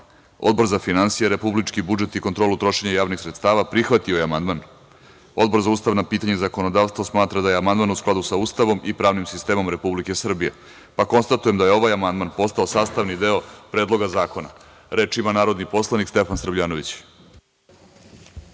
Vlada. Odbor za finansije, republički budžet i kontrolu trošenja javnih sredstava prihvatio je amandman. Odbor za ustavna pitanja i zakonodavstvo smatra da je amandman u skladu sa Ustavom i pravnim sistemom Republike Srbije, pa konstatujem da je ovaj amandman postao sastavni deo Predloga zakona. Reč ima narodni poslanik Stefan Srbljanović.